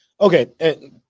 Okay